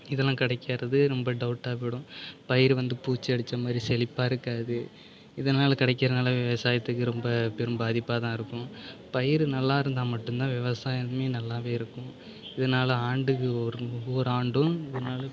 இதெல்லாம் கிடைக்கறது ரொம்ப டவுட்டாக போய்டும் பயிர் வந்து பூச்சி அடித்த மாதிரி செழிப்பாக இருக்காது இதனால் கிடைக்கிறதுனால விவசாயத்துக்கு ரொம்ப பெரும் பாதிப்பாக தான் இருக்கும் பயிர் நல்லா இருந்தால் மட்டும் தான் விவசாயமே நல்லா இருக்கும் இதனால் ஆண்டுதோறும் ஒவ்வொரு ஆண்டும்